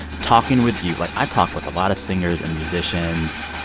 talking with you like, i talk with a lot of singers and musicians.